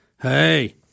Hey